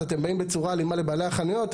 אז אתם באים בצורה אלימה לבעלי החנויות?